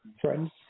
friends